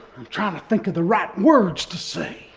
i'm trying to think of the right words to say.